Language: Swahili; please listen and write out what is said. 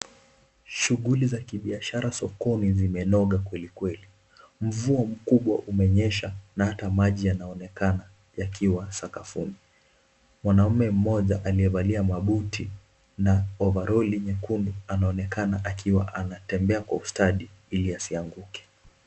Shughuli za kibiashara sokoni limenoga kwelikweli. Mvua kubwa imenyesha na ata maji yanaonekana yakiwa sakafuni. Mwanaume mmoja aliyevalia mabuti na ovaroli nyekundu, anaonekana akitembea kwa ustadi ili asianguke.